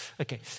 Okay